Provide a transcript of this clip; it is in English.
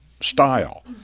style